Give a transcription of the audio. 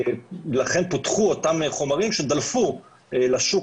ולכן פותחו אותם חומרים שדלפו לשוק